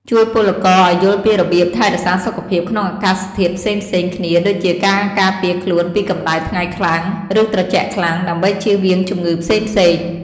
ជួយពលករឱ្យយល់ពីរបៀបថែរក្សាសុខភាពក្នុងអាកាសធាតុផ្សេងៗគ្នាដូចជាការការពារខ្លួនពីកម្តៅថ្ងៃខ្លាំង ឬត្រជាក់ខ្លាំង ដើម្បីជៀសវាងជំងឺផ្សេងៗ។